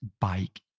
bike